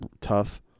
tough